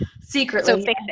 secretly